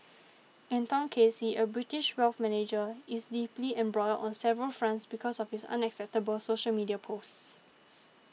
Anton Casey a British wealth manager is deeply embroiled on several fronts because of his unacceptable social media posts